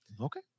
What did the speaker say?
Okay